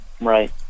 Right